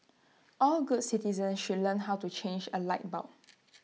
all good citizens should learn how to change A light bulb